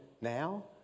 now